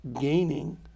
gaining